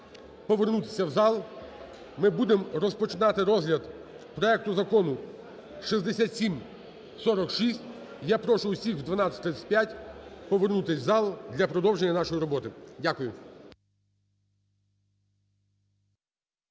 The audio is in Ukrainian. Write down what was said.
повернутися в зал, ми будемо розпочинати розгляд проекту Закону 6746. Я прошу всіх о 12:35 повернутися в зал для продовження нашої роботи. Дякую.